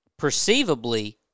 perceivably